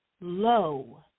low